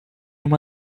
uma